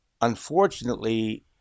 unfortunately